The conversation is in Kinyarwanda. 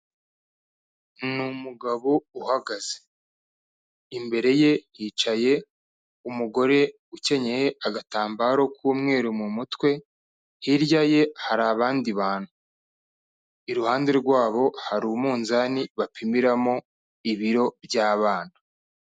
Ni umugabo uhagaze, imbere ye hicaye umugore ukenyeye agatambaro k'umweru mu mutwe, hirya ye hari abandi bantu, iruhande rwabo hari umunzani bapimiramo ibiro by'abana.